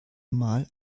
mal